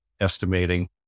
estimating